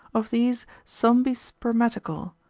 of these some be spermatical,